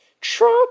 truck